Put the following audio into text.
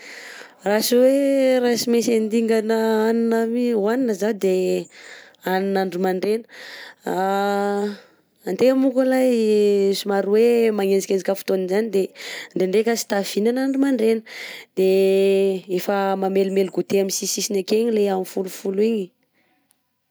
Raha tsy hoe raha tsy mentsy handingana hanina mi hohanina zaho de hanina andro mandrena, antegna moko alay somary hoe magnenjikenjika fotoana zany de ndrendreka tsy tafihinana andro mandrena de efa mamelimely goûté amin'ny sisisisiny akegny le amin'ny folofolo igny.